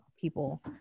people